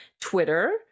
Twitter